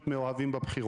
תנו כבוד לבית הזה.